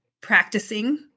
Practicing